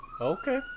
Okay